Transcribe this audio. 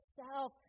self